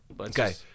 Okay